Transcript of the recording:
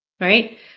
Right